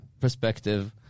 perspective